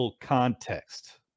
context